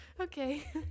Okay